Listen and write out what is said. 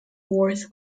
worth